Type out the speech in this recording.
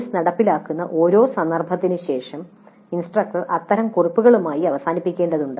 course നടപ്പിലാക്കുന്ന ഓരോ സന്ദർഭത്തിനും ശേഷം ഇൻസ്ട്രക്ടർ അത്തരം കുറിപ്പുകളുമായി അവസാനിപ്പിക്കേണ്ടതുണ്ട്